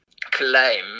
claim